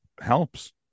helps